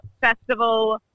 Festival